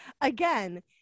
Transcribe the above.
again